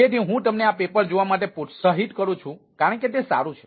તેથી હું તમને આ પેપર જોવા માટે પ્રોત્સાહિત કરું છું કારણ કે તે સારું છે